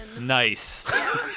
Nice